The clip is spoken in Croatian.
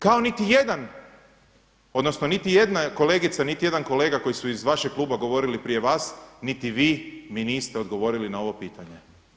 Kao niti jedan odnosno, niti jedna kolegica, niti jedan kolega koji su iz vašeg kluba govorili prije vas, niti vi mi niste odgovorili na ovo pitanje.